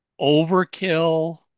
Overkill